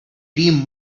dream